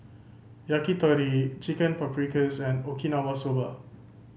Yakitori Chicken Paprikas and Okinawa Soba